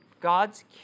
God's